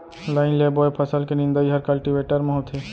line ले बोए फसल के निंदई हर कल्टीवेटर म होथे